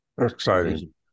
Exciting